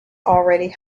already